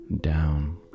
down